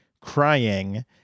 crying